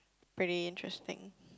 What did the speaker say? pretty interesting